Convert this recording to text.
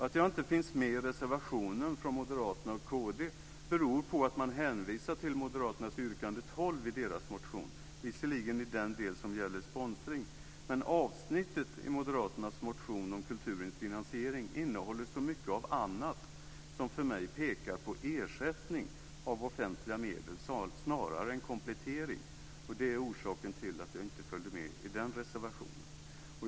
Att jag inte finns med i reservationen från moderaterna och kristdemokraterna beror på att man hänvisar till moderaternas yrkande 12 i deras motion - visserligen i den del som gäller sponsring, men avsnittet i moderaternas motion om kulturens finansiering innehåller så mycket av annat som för mig pekar snarare på ersättning av offentliga medel än komplettering. Det är orsaken till att jag inte följde med i den reservationen.